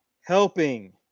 helping